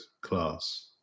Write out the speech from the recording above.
class